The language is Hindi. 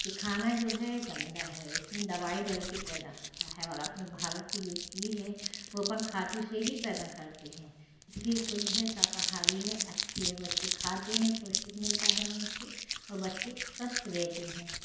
ये खाना जो है गंदा है इसमें दवाई डलके पैदा होता है और अपने भारत की जो चीज है ओ अपन खादों से ही पैदा करते हैं इसलिए शुद्ध है शाकाहारी है अच्छी है बच्चे खाते हैं पौष्टिक मिलता है उनसे और बच्चे स्वस्थ रहते हैं